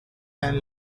and